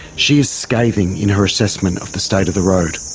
she is scathing in her assessment of the state of the road.